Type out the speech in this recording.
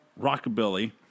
Rockabilly